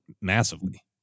massively